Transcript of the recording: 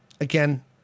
again